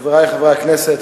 חברי חברי הכנסת,